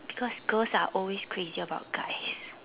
because girls are always crazy about guys